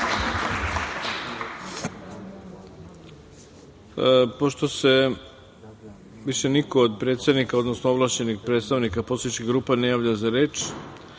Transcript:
Hvala. Pošto se više niko od predsednika, odnosno ovlašćenih predstavnika poslaničkih grupa ne javlja za reč,